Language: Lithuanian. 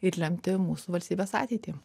ir lemti mūsų valstybės ateitį